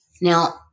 Now